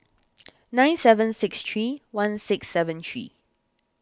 nine seven six three one six seven three